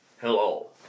Hello